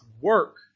work